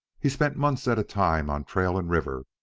he spent months at a time on trail and river